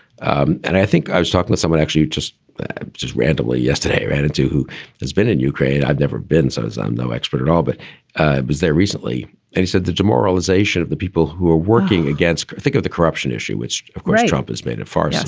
and i think i was talking with someone actually just just randomly yesterday attitude who has been in ukraine. i've never been. so i'm no expert at all. but i was there recently and he said the demoralization of the people who are working against. think of the corruption issue, which of course, trump has made it fast.